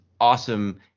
awesome